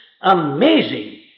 amazing